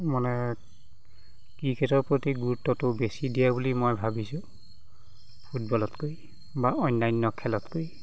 মানে ক্ৰিকেটৰ প্ৰতি গুৰুত্বটো বেছি দিয়ে বুলি মই ভাবিছোঁ ফুটবলতকৈ বা অন্যান্য খেলতকৈ